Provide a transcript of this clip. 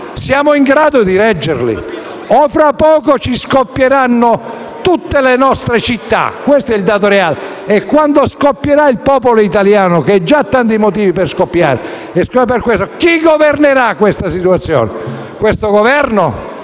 Siamo in grado di reggerli o fra poco scoppieranno tutte le nostre città? Questo è il dato reale. E, quando scoppierà il popolo italiano, che ha già tanti motivi per farlo, chi governerà questa situazione? Il Governo